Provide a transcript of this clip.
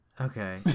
Okay